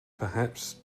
perhaps